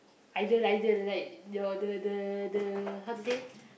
idol idol like your the the the how to say